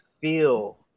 feel